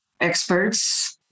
experts